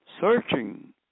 searching